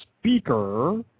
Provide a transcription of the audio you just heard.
speaker